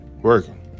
working